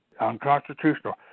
unconstitutional